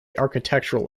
architectural